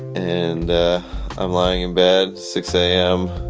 and i'm lying in bed, six a m.